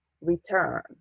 return